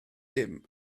dim